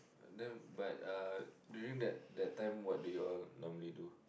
then but Uh during that that time what do you all normally do